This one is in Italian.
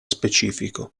specifico